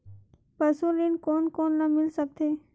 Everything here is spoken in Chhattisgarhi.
पशु ऋण कोन कोन ल मिल सकथे?